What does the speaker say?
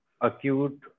acute